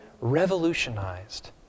revolutionized